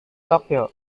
tokyo